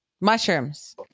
Mushrooms